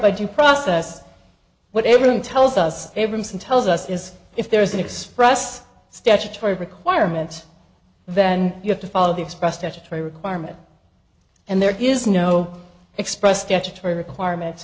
by due process what everyone tells us abramson tells us is if there is an express statutory requirement then you have to follow the expressed ashtray requirement and there is no express statutory requirement